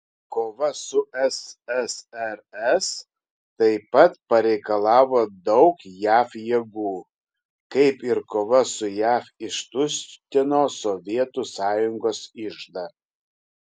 kova su ssrs taip pat pareikalavo daug jav jėgų kaip ir kova su jav ištuštino sovietų sąjungos iždą